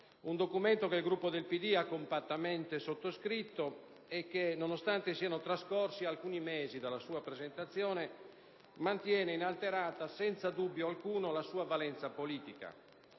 un documento che il Gruppo del PD ha compattamente sottoscritto e che, nonostante siano trascorsi alcuni mesi dalla sua presentazione, mantiene inalterata, senza dubbio alcuno, la sua valenza politica;